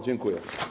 Dziękuję.